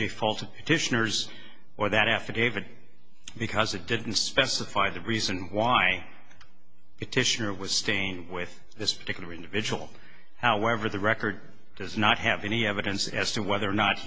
hours or that affidavit because it didn't specify the reason why it titian or was staying with this particular individual however the record does not have any evidence as to whether or not